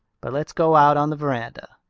but let's go out on the veranda.